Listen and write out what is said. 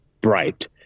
bright